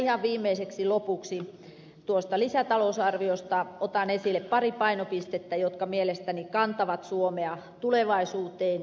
ihan viimeiseksi lopuksi otan lisätalousarviosta esille pari painopistettä jotka mielestäni kantavat suomea tulevaisuuteen